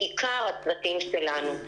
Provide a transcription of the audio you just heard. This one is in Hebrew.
בעיקר הצוותים שלנו.